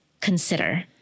consider